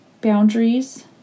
boundaries